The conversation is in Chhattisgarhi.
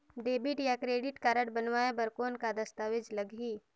डेबिट या क्रेडिट कारड बनवाय बर कौन का दस्तावेज लगही?